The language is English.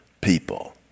people